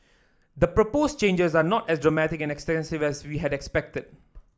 the proposed changes are not as dramatic and extensive as we had expected